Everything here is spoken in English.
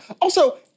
Also-